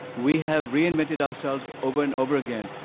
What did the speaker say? we have reinvented ourselves over and over again.